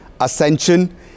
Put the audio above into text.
Ascension